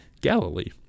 Galilee